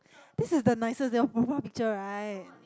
these are the nicest your profile picture right